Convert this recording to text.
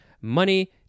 money